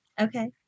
Okay